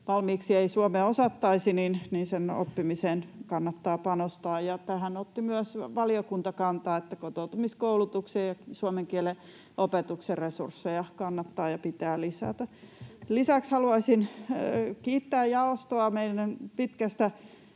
valmiiksi ei suomea osattaisi, sen oppimiseen kannattaa panostaa. Tähän otti myös valiokunta kantaa, että kotoutumiskoulutuksen ja suomen kielen opetuksen resursseja kannattaa ja pitää lisätä. Lisäksi haluaisin kiittää jaostoa meidän pitkästä